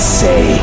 say